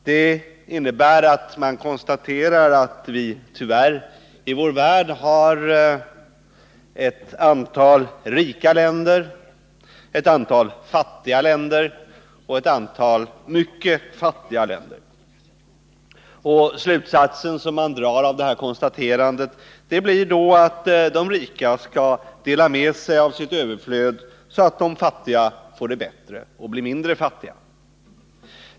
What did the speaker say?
Det innebär att man konstaterar att vi i vår värld har ett antal rika länder, ett antal fattiga länder och ett antal mycket fattiga länder. Slutsatsen som man drar av det konstaterandet blir att de rika skall dela med sig av sitt överflöd, så att de fattiga får det bättre och blir mindre fattiga.